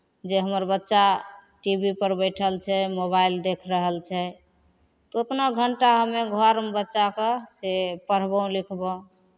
जे हमर बच्चा टी वी पर बैठल छै मोबाइल देख रहल छै तऽ उतना घण्टा हमे घरमे बच्चाकेँ से पढ़बह लिखबह